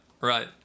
Right